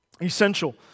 essential